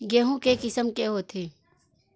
गेहूं के किसम के होथे?